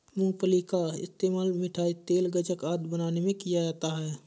मूंगफली का इस्तेमाल मिठाई, तेल, गज्जक आदि बनाने में किया जाता है